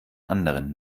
anderen